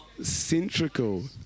centrical